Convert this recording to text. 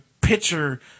pitcher